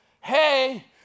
hey